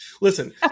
Listen